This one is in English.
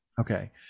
Okay